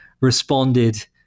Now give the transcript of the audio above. responded